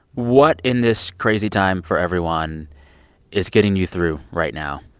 what, in this crazy time for everyone is getting you through right now?